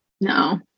No